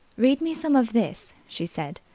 read me some of this, she said,